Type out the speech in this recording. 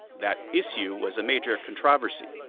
that issue was a major controversy,